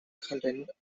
content